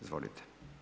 Izvolite.